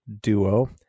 duo